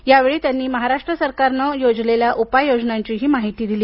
यावेळी त्यांनी महाराष्ट्र सरकारने योजलेल्या उपाययोजनांची माहिती दिली